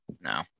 No